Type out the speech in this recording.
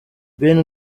ben